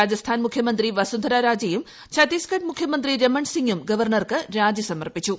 രാജസ്ഥാൻ മുഖ്യമന്ത്രി വസുന്ധരരാജെയും ഛത്തീസ്ഗഢ് മുഖ്യമന്ത്രി രമൺസിംഗും ഗവർണർക്ക് രാജി സമർപ്പിച്ചു